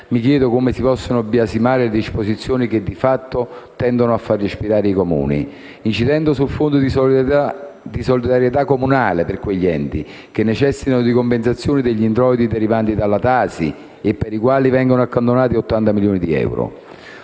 mi chiedo come si possano biasimare disposizioni che, di fatto, tendono a far respirare i Comuni, incidendo sul Fondo di solidarietà comunale per quegli enti che necessitano di compensazioni degli introiti derivanti dalla TASI e per i quali vengono accantonati 80 milioni di euro.